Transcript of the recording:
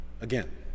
again